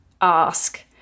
Ask